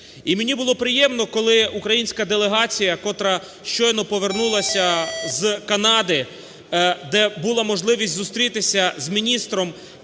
І мені було приємно, коли українська делегація, котра щойно повернулася з Канади, де була можливість зустрітися з міністром